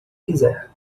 quiser